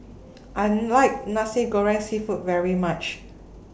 I like Nasi Goreng Seafood very much